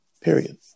period